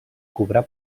cobrar